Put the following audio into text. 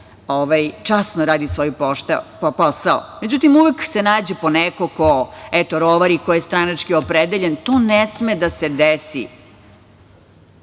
časno radi svoj posao. Međutim, uvek se nađe poneko ko, eto, rovari, ko je stranački opredeljen. To ne sme da se desi.